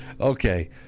Okay